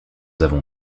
avons